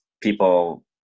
people